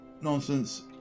nonsense